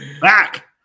Back